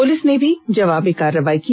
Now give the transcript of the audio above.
police ने भी जवाबी कार्रवाई की